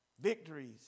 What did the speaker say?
Victories